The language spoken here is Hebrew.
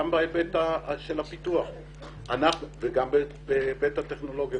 גם בהיבט של הפיתוח וגם בהיבט הטכנולוגי.